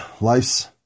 life's